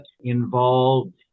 involved